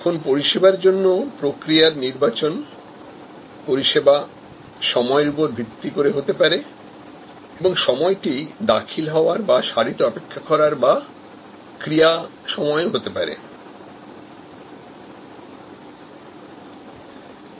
এখানে আমরা পরিষেবার বিভিন্ন প্রক্রিয়াকে সময়ের ভিত্তিতে নির্বাচন করেছি যেমন ধরুন এক্সেস টাইম ওয়েটিং টাইম বা একশন টাইম